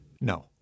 No